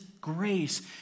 grace